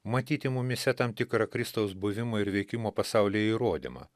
matyti mumyse tam tikrą kristaus buvimo ir veikimo pasaulyje įrodymą